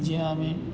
જ્યાં અમે